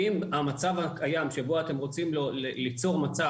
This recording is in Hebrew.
האם המצב הקיים שבו אתם רוצים ליצור מצב